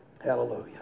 Hallelujah